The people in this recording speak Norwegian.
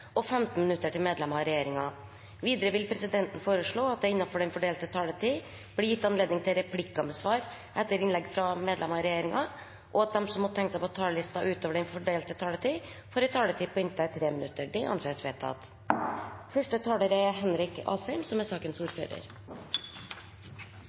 og 15 minutter til medlemmer av regjeringen. Videre vil presidenten foreslå at det – innenfor den fordelte taletid – blir gitt anledning til replikker med svar etter innlegg fra medlemmer av regjeringen, og at de som måtte tegne seg på talerlisten utover den fordelte taletid, får en taletid på inntil 3 minutter. – Det anses vedtatt. Jeg viser til Meld. St. 8 for 2017–2018, om endringer i pengepolitikken. Dette er